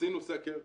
עשינו סקר,